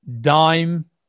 dime